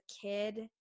kid